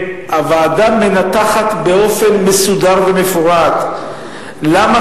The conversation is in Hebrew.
הוועדה מנתחת באופן מסודר ומפורט למה